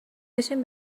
بشین